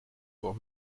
pour